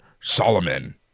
solomon